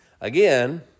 again